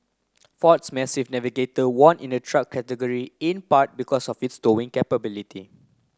ford's massive Navigator won in the truck category in part because of its towing capability